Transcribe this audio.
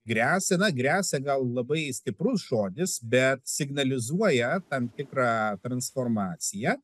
gresia na gresia gal labai stiprus žodis bet signalizuoja tam tikrą transformaciją